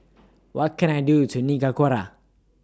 What Can I Do to Nicaragua